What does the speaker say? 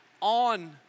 on